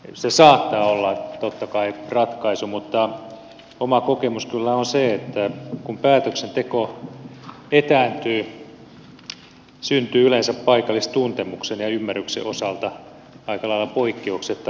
se saattaa olla totta kai ratkaisu mutta oma kokemus kyllä on se että kun päätöksenteko etääntyy syntyy yleensä paikallistuntemuksen ja ymmärryksen osalta aika lailla poikkeuksetta ongelmia